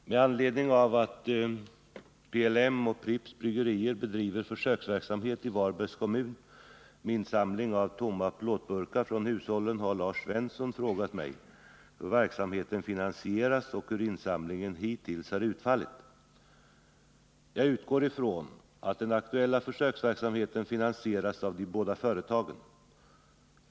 Fru talman! Med anledning av att PLM och Pripps bryggerier bedriver försöksverksamhet i Varbergs kommun med insamling av tomma plåtburkar från hushållen har Lars Svensson frågat mig hur verksamheten finansieras och hur insamlingen hittills har utfallit. Jag utgår från att den aktuella försöksverksamheten finansieras av de båda företagen.